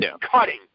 cutting